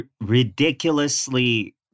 ridiculously